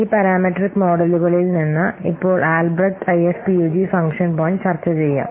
ഈ പാരാമെട്രിക് മോഡലുകളിൽ നിന്ന് ഇപ്പോൾ Albrecht IFPUG function point Albrecht IFPUG function point ചർച്ച ചെയ്യാം